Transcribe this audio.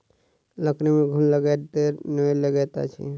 लकड़ी में घुन लगैत देर नै लगैत अछि